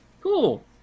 Cool